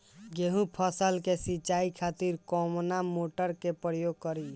गेहूं फसल के सिंचाई खातिर कवना मोटर के प्रयोग करी?